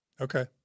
Okay